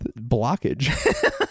Blockage